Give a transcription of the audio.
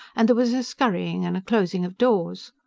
and there was a scurrying and a closing of doors.